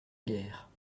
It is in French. guère